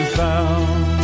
found